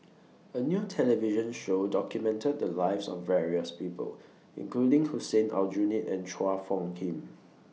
A New television Show documented The Lives of various People including Hussein Aljunied and Chua Phung Kim